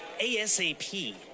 ASAP